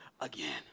again